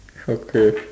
okay